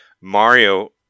Mario